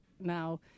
Now